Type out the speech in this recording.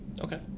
Okay